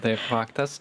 tai faktas